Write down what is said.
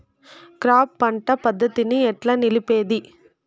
Crop పంట పద్ధతిని ఎట్లా నిలిపేది?